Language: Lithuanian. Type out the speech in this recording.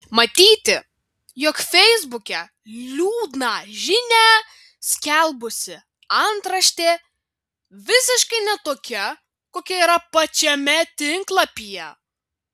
matyti jog feisbuke liūdną žinią skelbusi antraštė visiškai ne tokia kokia yra pačiame tinklapyje